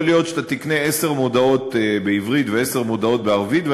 יכול להיות שתקנה עשר מודעות בעברית ועשר מודעות בערבית,